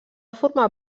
formar